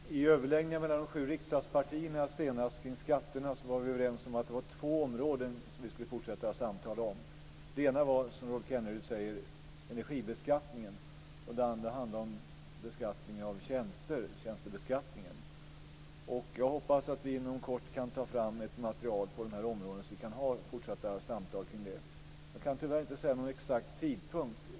Fru talman! I överläggningarna mellan de sju riksdagspartierna kring skatterna senast var vi överens om att det var två områden som vi skulle fortsätta samtal om. Det ena var, som Rolf Kenneryd säger, energibeskattningen. Det andra handlar om beskattningen av tjänster. Jag hoppas att vi inom kort kan ta fram ett material på dessa områden, så att vi kan föra fortsatta samtal kring dem. Jag kan tyvärr inte säga någon exakt tidpunkt.